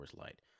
Light